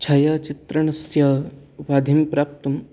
छायाचित्रणस्य उपाधिं प्राप्तुं